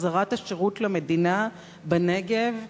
החזרת השירות בנגב למדינה.